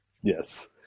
Yes